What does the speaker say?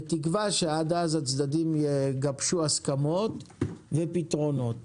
בתקווה שעד אז הצדדים יגבשו הסכמות ופתרונות.